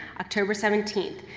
october seventeenth.